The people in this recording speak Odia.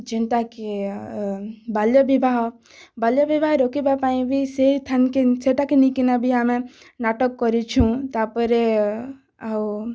ଯେନ୍ତାକେ ବାଲ୍ୟ ବିବାହ ବାଲ୍ୟ ବିବାହ ରୋକିବା ପାଇଁ ବି ସେଟାକେ ନେଇକିନା ବି ନାଟକ୍ କରିଛୁଁ ତା'ର୍ପରେ ଆଉ